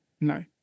No